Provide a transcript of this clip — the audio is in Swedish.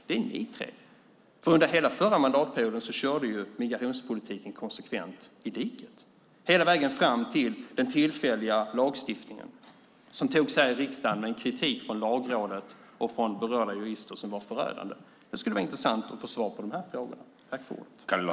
Det är ni tre, för under hela den förra mandatperioden körde migrationspolitiken konsekvent i diket, hela vägen fram till den tillfälliga lagstiftning som antogs här i riksdagen med en kritik från Lagrådet och från berörda jurister som var förödande. Det skulle vara intressant att få svar på de här frågorna.